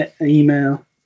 email